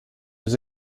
was